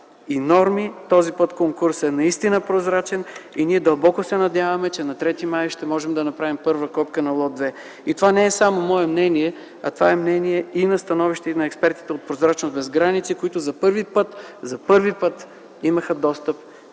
и норми. Този път конкурсът е наистина прозрачен и ние дълбоко се надяваме, че на 3 май ще можем да направим първа копка на лот 2. Това не е само мое мнение, а е мнение и становище на експертите от „Прозрачност без граници”, които за първи път имаха достъп